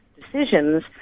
decisions